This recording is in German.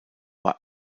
war